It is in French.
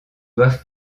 doivent